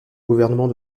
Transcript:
gouvernement